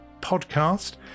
podcast